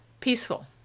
peaceful